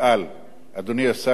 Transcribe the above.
אדוני השר לביטחון פנים,